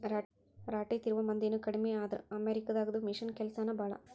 ರಾಟಿ ತಿರುವು ಮಂದಿನು ಕಡಮಿ ಆದ್ರ ಅಮೇರಿಕಾ ದಾಗದು ಮಿಷನ್ ಕೆಲಸಾನ ಭಾಳ